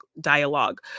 dialogue